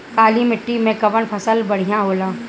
काली माटी मै कवन फसल बढ़िया होला?